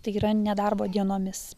tai yra nedarbo dienomis